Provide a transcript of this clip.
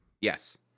Yes